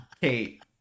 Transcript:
Kate